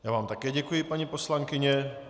Já vám také děkuji, paní poslankyně.